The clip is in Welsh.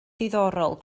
diddorol